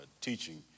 teaching